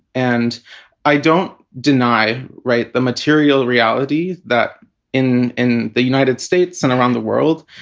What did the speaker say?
and i don't deny. right. the material reality that in in the united states and around the world,